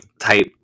type